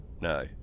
no